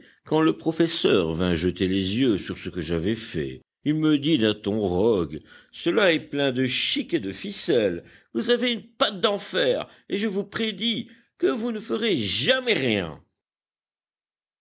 quand le professeur vint jeter les yeux sur ce que j'avais fait il me dit d'un ton rogue cela est plein de chic et de ficelles vous avez une patte d'enfer et je vous prédis que vous ne ferez jamais rien